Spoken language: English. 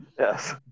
Yes